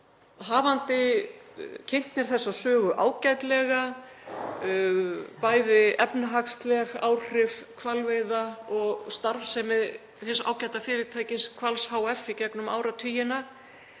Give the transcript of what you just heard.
hafandi kynnt mér þessa sögu ágætlega, bæði efnahagsleg áhrif hvalveiða og starfsemi hins ágæta fyrirtækis Hvals hf. í gegnum áratugina,